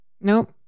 Nope